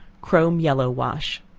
chrome yellow-wash.